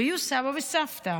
ויהיו סבא וסבתא.